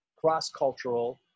cross-cultural